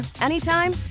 anytime